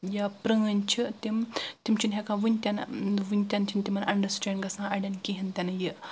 یا پرٲنۍ چھِ تِم تِم چھِنہٕ ہیٚکان وُنہِ تنہٕ وُنہِ تِنہٕ چھنہٕ تِمن انٛڈرسٹینڈ گژھان اڈٮ۪ن کہینۍ تہِ نہٕ یہِ